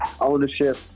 Ownership